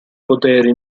poteri